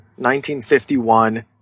1951